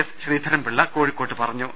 S Sreedharan Pillai കോഴിക്കോട്ട് പറഞ്ഞു